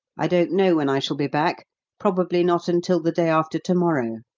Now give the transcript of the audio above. i don't know when i shall be back probably not until the day after to-morrow.